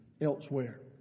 elsewhere